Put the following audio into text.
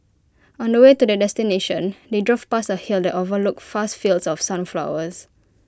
on the way to their destination they drove past A hill that overlooked fast fields of sunflowers